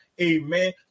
Amen